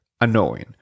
annoying